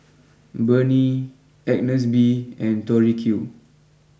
Burnie Agnes B and Tori Q